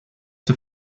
the